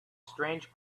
strange